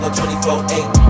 24-8